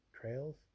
Trails